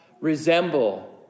resemble